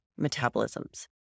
metabolisms